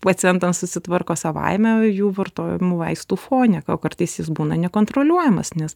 pacientam susitvarko savaime jų vartojamų vaistų fone o kartais jis būna nekontroliuojamas nes